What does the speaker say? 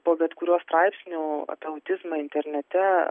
po bet kuriuo straipsniu apie autizmą internete